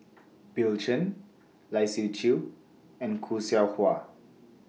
Bill Chen Lai Siu Chiu and Khoo Seow Hwa